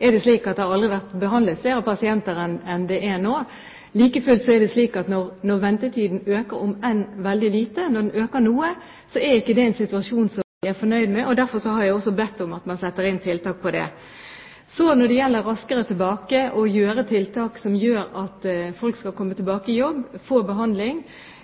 er det slik at det aldri har vært behandlet flere pasienter enn nå. Like fullt er det slik at når ventetiden øker, om enn veldig lite, men noe, er ikke det en situasjon som vi er fornøyd med. Derfor har jeg også bedt om at man setter inn tiltak mot det. Når det gjelder Raskere tilbake, å sette i verk tiltak som gjør at folk skal komme raskere tilbake i jobb, som å få behandling,